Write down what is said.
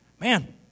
man